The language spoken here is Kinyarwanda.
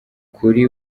kuri